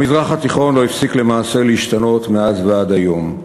המזרח התיכון לא הפסיק למעשה להשתנות מאז ועד היום: